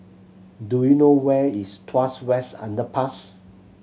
do you know where is Tuas West Underpass